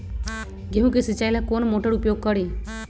गेंहू के सिंचाई ला कौन मोटर उपयोग करी?